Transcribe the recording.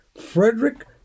Frederick